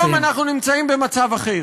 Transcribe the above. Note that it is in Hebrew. היום אנחנו נמצאים במצב אחר,